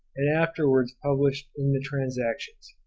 and afterwards published in the transactions.